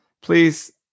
please